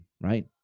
Right